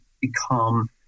become